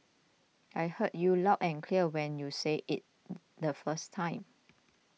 I heard you loud and clear when you said it the first time